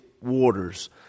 waters